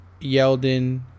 Yeldon –